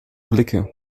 blicke